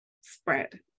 spread